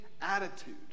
attitude